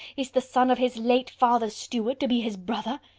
is the son of his late father's steward, to be his brother?